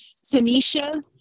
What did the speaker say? Tanisha